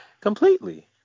completely